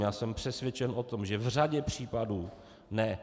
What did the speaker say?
Já jsem přesvědčen o tom, že v řadě případů ne.